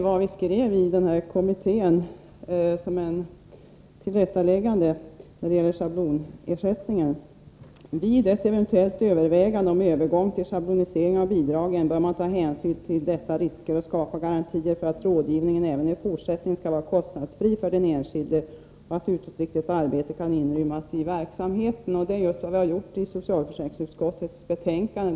Så här skrev denna kommitté som ett tillrättaläggande vad gäller schablonersättningen: ”Vid ett eventuellt övervägande om övergång till schablonisering av bidragen bör man ta hänsyn till dessa risker och skapa garantier för att rådgivningen även i fortsättningen skall vara kostnadsfri för den enskilde och att utåtriktat arbete kan inrymmas i verksamheten.” Det är just vad vi har gjort i socialförsäkringsutskottets betänkande.